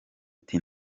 ati